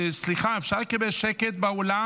סליחה, אפשר לקבל שקט באולם?